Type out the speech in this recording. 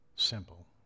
simple